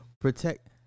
Protect